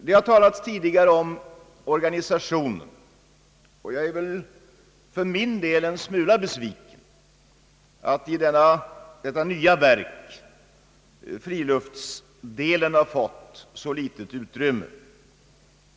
Det har talats tidigare om organisationen, och jag är för min del en smula besviken över att i detta nya verk friluftsdelen har fått så litet utrymme.